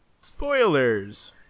spoilers